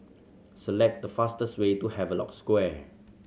select the fastest way to Havelock Square